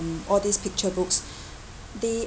all these picture books they